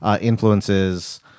Influences